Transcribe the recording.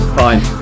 fine